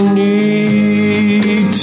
need